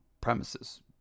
premises